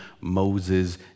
Moses